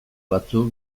batzuk